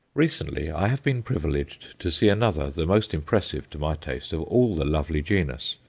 recently i have been privileged to see another, the most impressive to my taste, of all the lovely genus.